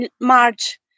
March